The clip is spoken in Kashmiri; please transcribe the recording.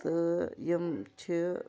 تہٕ یِم چھِ